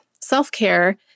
Self-care